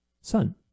son